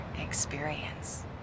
experience